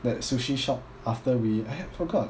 that sushi shop after we I forgot